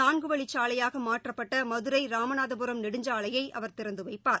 நான்குவழிச் சாலையாக மாற்றப்பட்ட மதுரை ராமநாதபுரம் நெடுஞ்சாலையை அவர் திறந்து வைப்பார்